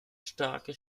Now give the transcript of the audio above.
starke